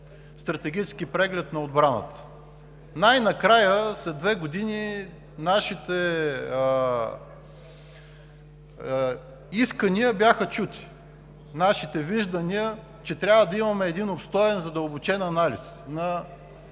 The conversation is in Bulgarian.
Стратегическият преглед на отбраната. Най-накрая – след две години, нашите искания бяха чути, нашите виждания, че трябва да имаме един обстоен и задълбочен анализ на